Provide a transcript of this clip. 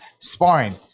Sparring